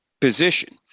position